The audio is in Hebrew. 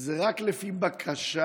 זה רק לפי בקשה,